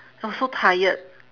I was so tired